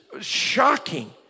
shocking